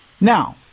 Now